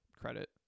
credit